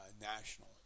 national